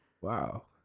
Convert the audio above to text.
Wow